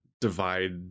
divide